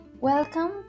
Welcome